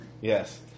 Yes